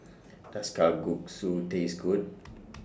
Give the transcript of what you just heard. Does Kalguksu Taste Good